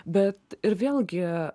bet vėlgi